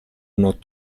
not